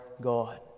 God